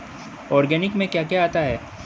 Organic में क्या क्या आता है?